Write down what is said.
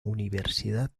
universidad